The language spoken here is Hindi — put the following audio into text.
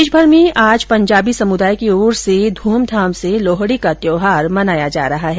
देशभर में आज पंजाबी समुदाय की ओर से घूमधाम से लोहडी का त्यौहार मनाया जा रहा है